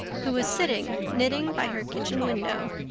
who was sitting knitting by her kitchen window.